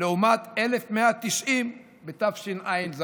לעומת 1,190 בתשע"ז.